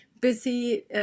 busy